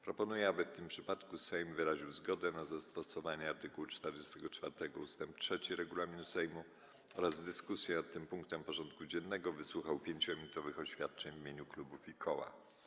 Proponuję, aby w tym przypadku Sejm wyraził zgodę na zastosowanie art. 44 ust. 3 regulaminu Sejmu oraz w dyskusji nad tym punktem porządku dziennego wysłuchał 5-minutowych oświadczeń w imieniu klubów i koła.